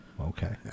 Okay